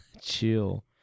Chill